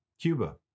Cuba